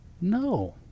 no